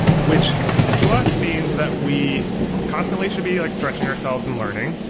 which to us means that we constantly should be like stretching ourselves and learning,